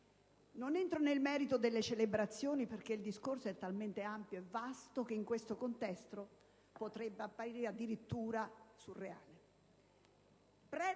Non entro nel merito delle celebrazioni perché il discorso è talmente vasto che in questo contesto potrebbe apparire addirittura surreale. Prendo